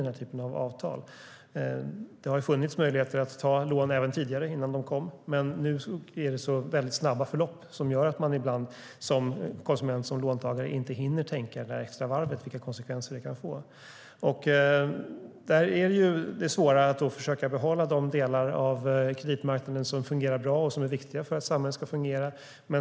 Det har även tidigare funnits möjligheter att låna, men nu är det så snabba förlopp att man som konsument eller låntagare ibland inte hinner tänka ett extra varv och bedöma vilka konsekvenser det kan få. Det är svåra är ju att försöka behålla de delar av kreditmarknaden som fungerar bra och som är viktiga för att samhället ska fungera.